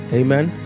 amen